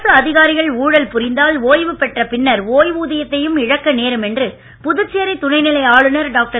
அரசு அதிகாரிகள் ஊழல் புரிந்தால் ஓய்வு பெற்ற பின்னர் ஒய்வூதியத்தையும் இழக்க நேரும் என்று புதுச்சேரி துணைநிலை ஆளுனர் டாக்டர்